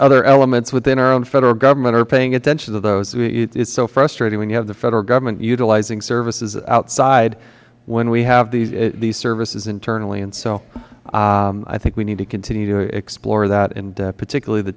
other elements within our own federal government are paying attention to those it is so frustrating when you have the federal government utilizing services outside when we have these services internally so i think we need to continue to explore that and particularly the